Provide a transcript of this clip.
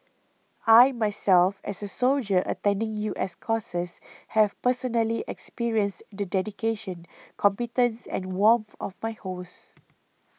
I myself as a soldier attending U S courses have personally experienced the dedication competence and warmth of my hosts